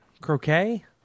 Croquet